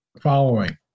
following